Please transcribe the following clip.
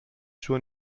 suo